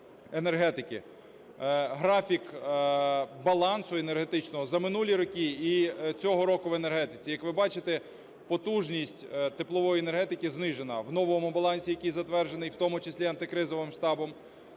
енергетики. Графік балансу енергетичного за минулі роки і цього року в енергетиці. Як ви бачите, потужність теплової енергетики знижена в новому балансі, який затверджений, в тому числі антикризовим штабом,